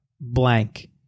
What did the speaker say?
blank